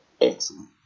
Excellent